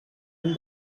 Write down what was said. una